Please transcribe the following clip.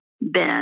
Ben